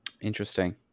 Interesting